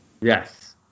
Yes